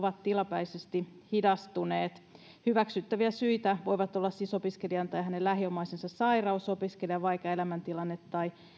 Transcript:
ovat tilapäisesti hidastuneet hyväksyttäviä syitä voivat olla siis opiskelijan tai hänen lähiomaisensa sairaus opiskelijan vaikea elämäntilanne tai